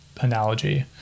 analogy